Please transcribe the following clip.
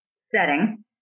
setting